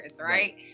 right